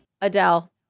Adele